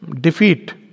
defeat